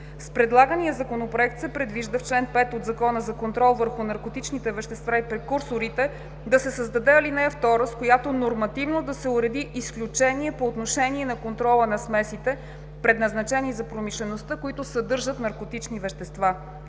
С предлагания Законопроект се предвижда в чл. 5 от Закона за контрол върху наркотичните вещества и прекурсорите да се създаде ал. 2, с която нормативно да се уреди изключение по отношение на контрола на смесите, предназначени за промишлеността, които съдържат наркотични вещества.